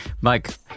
Mike